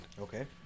Okay